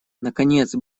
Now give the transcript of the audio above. наконец